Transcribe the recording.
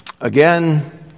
again